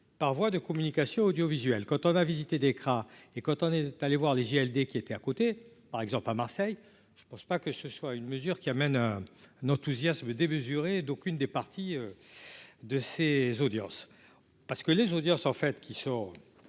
Par voie de communication audiovisuelle quand on a visité Dekra et quand on est allé voir les JLD qui étaient à côté par exemple à Marseille je pense pas que ce soit une mesure qui amène un n'enthousiasme démesuré d'aucune des parties de ces audiences parce que les audiences en fait qui sont,